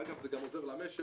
אגב זה גם עוזר למשק.